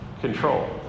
control